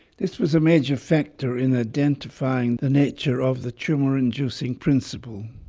this was a major factor in identifying the nature of the tumour inducing principle.